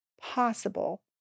possible